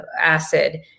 acid